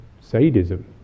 sadism